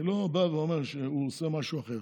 אני לא בא ואומר שהוא עושה משהו אחר.